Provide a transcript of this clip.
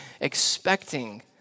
expecting